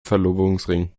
verlobungsring